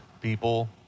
people